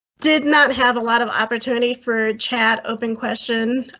did not have a lot of opportunity for chat. open question.